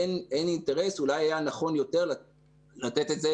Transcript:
אין אינטרס ואולי היה נכון יותר לתת את זה